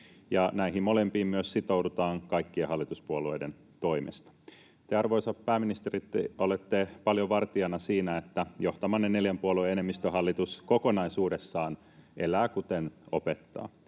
näihin molempiin myös sitoudutaan kaikkien hallituspuolueiden toimesta. Te, arvoisa pääministeri, olette paljon vartijana siinä, että johtamanne neljän puolueen enemmistöhallitus kokonaisuudessaan elää kuten opettaa.